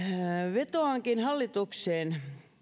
vetoankin hallitukseen